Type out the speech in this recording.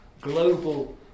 global